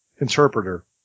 interpreter